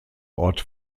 ort